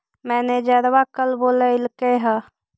मैनेजरवा कल बोलैलके है?